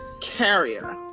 carrier